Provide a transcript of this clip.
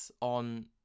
on